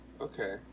okay